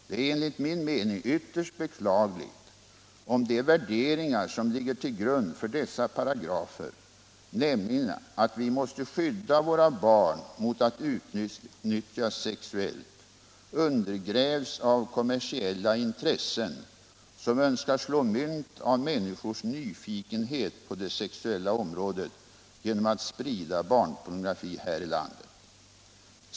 Det är enligt min mening ytterst beklagligt om de värderingar som ligger till grund för dessa paragrafer, nämligen att vi måste skydda våra barn mot att utnyttjas sexuellt, undergrävs av kommersiella intressen som önskar slå mynt av människors nyfikenhet på det sexuella området genom att sprida barnpornografi här i landet.